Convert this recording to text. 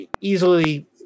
easily